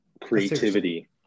creativity